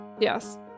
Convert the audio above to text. Yes